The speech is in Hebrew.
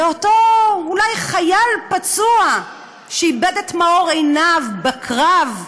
לאותו חייל פצוע שאיבד את מאור עיניו בקרב,